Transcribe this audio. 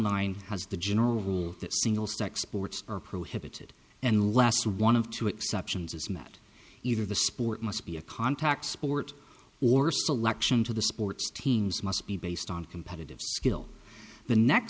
nine has the general rule that single sex ports are prohibited and last one of two exceptions is met either the sport must be a contact sport or selection to the sports teams must be based on competitive skill the next